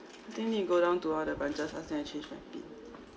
I think need go down to one of the branches ask them to change my pin